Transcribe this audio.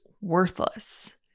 worthless